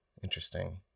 Interesting